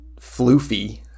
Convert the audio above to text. floofy